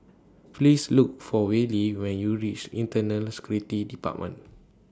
Please Look For Wally when YOU REACH Internal Security department